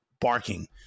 barking